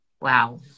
Wow